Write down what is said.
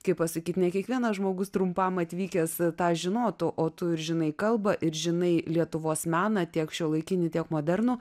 kaip pasakyt ne kiekvienas žmogus trumpam atvykęs tą žinotų o tu ir žinai kalbą ir žinai lietuvos meną tiek šiuolaikinį tiek modernų